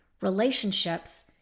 relationships